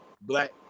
black